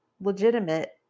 legitimate